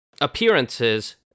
appearances